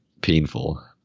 painful